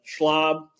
schlob